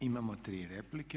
Imamo tri replike.